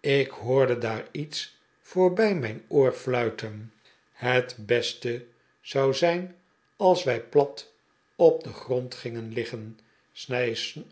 ik hoorde daar iets voorbij mijn oor fluiten het beste zou zijn als wij plat op den